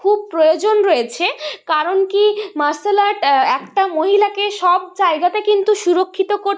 খুব প্রয়োজন রয়েছে কারণ কি মার্শাল আর্ট একটা মহিলাকে সব জায়গাতে কিন্তু সুরক্ষিত করতে